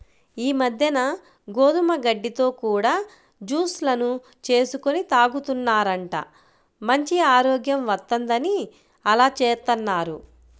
ఈ మద్దెన గోధుమ గడ్డితో కూడా జూస్ లను చేసుకొని తాగుతున్నారంట, మంచి ఆరోగ్యం వత్తందని అలా జేత్తన్నారు